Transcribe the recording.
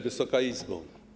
Wysoka Izbo!